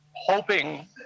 hoping